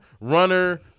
runner